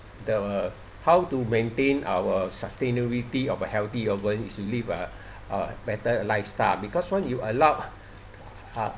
the how to maintain our sustainability of a healthy organ is to live uh a better lifestyle because once you allowed uh